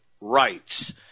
rights